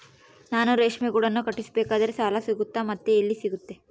ನಾನು ರೇಷ್ಮೆ ಗೂಡನ್ನು ಕಟ್ಟಿಸ್ಬೇಕಂದ್ರೆ ಸಾಲ ಸಿಗುತ್ತಾ ಮತ್ತೆ ಎಲ್ಲಿ ಸಿಗುತ್ತೆ?